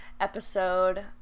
episode